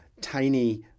tiny